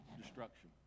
destruction